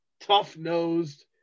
tough-nosed